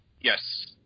yes